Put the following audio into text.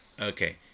Okay